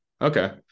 Okay